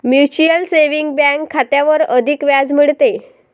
mutual saving bank खात्यावर अधिक व्याज मिळते